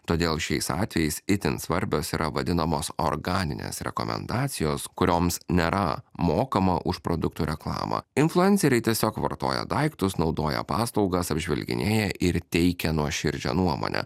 todėl šiais atvejais itin svarbios yra vadinamos organinės rekomendacijos kurioms nėra mokama už produkto reklamą influenceriai tiesiog vartoja daiktus naudoja paslaugas apžvelginėja ir teikia nuoširdžią nuomonę